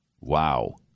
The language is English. Wow